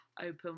Open